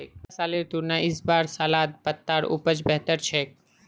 पिछला सालेर तुलनात इस बार सलाद पत्तार उपज बेहतर छेक